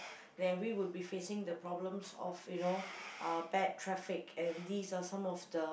then we will would be facing the problems of you know uh bad traffic and these are some of the